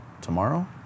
tomorrow